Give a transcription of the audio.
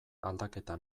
aldaketa